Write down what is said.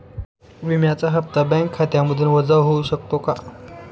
विम्याचा हप्ता बँक खात्यामधून वजा होऊ शकतो का?